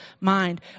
mind